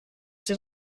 den